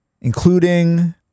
including